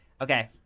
okay